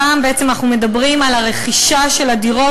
הפעם בעצם אנחנו מדברים על הרכישה של הדירות,